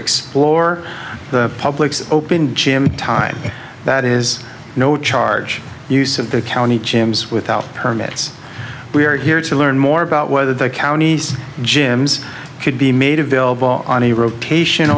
explore the public's open gym time that is no charge use of the county chambers without permits we are here to learn more about whether the county's gym could be made available on a rotation